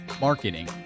marketing